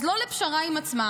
אז לא לפשרה עם עצמם,